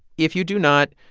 if you do not,